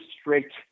strict